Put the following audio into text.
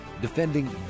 Defending